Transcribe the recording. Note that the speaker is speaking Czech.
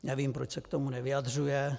Nevím, proč se k tomu nevyjadřuje.